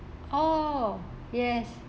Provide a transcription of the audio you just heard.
oh yes